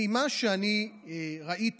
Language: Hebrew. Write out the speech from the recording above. ממה שאני ראיתי,